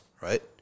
right